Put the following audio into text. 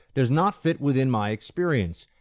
does not fit within my experience.